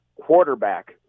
quarterback